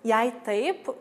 jei taip